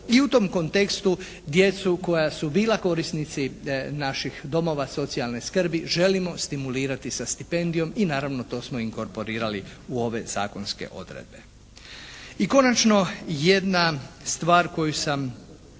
i u tom kontekstu djecu koja su bila korisnici naših domova socijalne skrbi želimo stimulirati sa stipendijom i naravno to smo inkorporirali u ove zakonske odredbe. I konačno jedna stvar koju sam